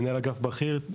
מנהל אגף בכיר,